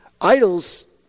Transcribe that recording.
Idols